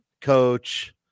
coach